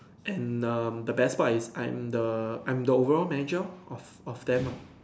and um the best part is I am the I am the overall manager or of them ah